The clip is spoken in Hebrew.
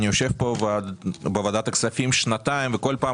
אני יושב כאן בוועדת הכספים כבר שנתיים וכל פעם